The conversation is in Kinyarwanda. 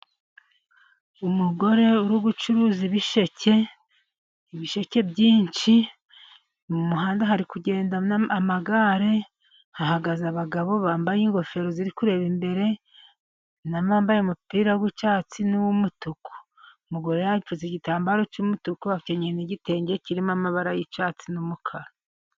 Umugore uri gucuruza ibisheke, ibisheke byinshi. Mu muhanda hari kugenda amagare, hagaze abagabo bambaye ingofero ziri kureba imbere, n'abambaye umupira w'icyatsi n'uw'umutuku .umugore yiteze igitambaro cy'umutuku akenyeye n'igitenge kirimo amabara y'icyatsi n'umukara.